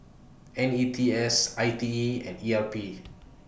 N E T S I T E and E R P